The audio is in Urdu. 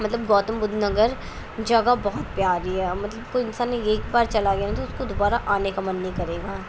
مطلب گوتم بدھ نگر جگہ بہت پیاری ہے مطلب کوئی انسان ایک بار چلا گیا نا تو اس کو دوبارہ آنے کا من نہیں کرے گا